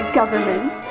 government